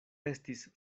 estis